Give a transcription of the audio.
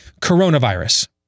coronavirus